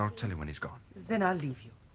i'll tell you when he's gone then i'll leave you.